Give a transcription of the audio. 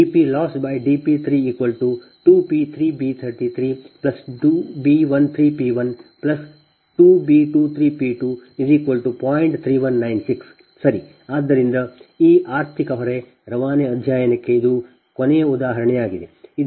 ಆದ್ದರಿಂದ ಈ ಆರ್ಥಿಕ ಹೊರೆ ರವಾನೆ ಅಧ್ಯಾಯಕ್ಕೆ ಇದು ಕೊನೆಯ ಉದಾಹರಣೆಯಾಗಿದೆ